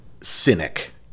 cynic